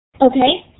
Okay